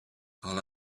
all